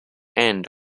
end